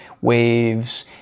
waves